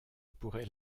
pourrait